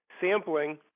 sampling